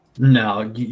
No